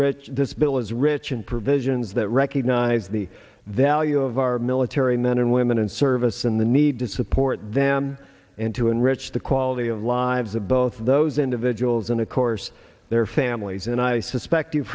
rich this bill is rich in provisions that recognize the value of our military men and women in service in the need to support them and to enrich the quality of lives of both of those individuals and of course their families and i suspect you've